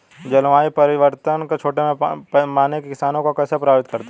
जलवायु परिवर्तन छोटे पैमाने के किसानों को कैसे प्रभावित करता है?